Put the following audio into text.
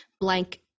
blank